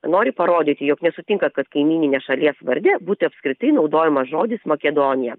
nori parodyti jog nesutinka kad kaimyninės šalies varde būtų apskritai naudojamas žodis makedonija